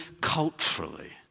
culturally